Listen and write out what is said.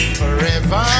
forever